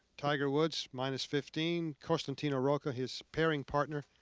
tiger woods minus fifteen costantino rocca his pairing partner.